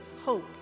hope